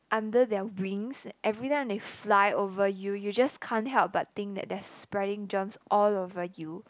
under their wings every time they fly over you you just can't help but think that they're spreading germs all over you